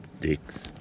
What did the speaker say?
Dicks